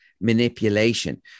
manipulation